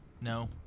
No